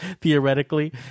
theoretically